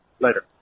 Later